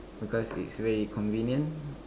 because it's very convenient